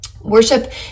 worship